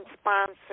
sponsor